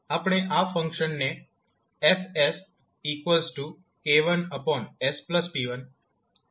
આપણે આ ફંક્શનને Fk1sp1 k2sp2